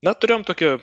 na turėjom tokį